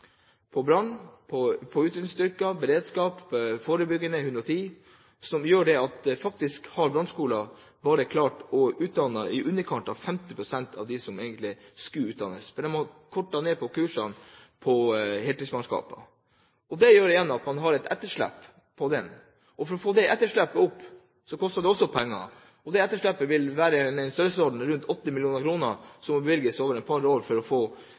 beredskap, forebyggende og 110, som gjør at brannskolen faktisk bare har klart å utdanne i underkant av 50 pst. av dem som egentlig skulle utdannes, fordi de har kortet ned på kursene til heltidsmannskapene. Det gjør igjen at man har fått et etterslep, og det koster også penger å få det etterslepet redusert. Det etterslepet vil være i størrelsesordenen 80 mill. kr, som må bevilges over et par år for å få